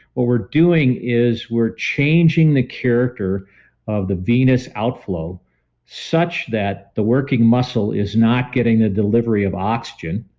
what we're doing is we're changing the character of the venous outflow such that the working muscle is not getting the delivery of oxygen,